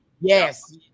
yes